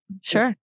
Sure